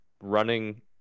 running